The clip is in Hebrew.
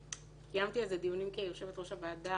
קיימתי על זה דיונים כיושבת ראש הוועדה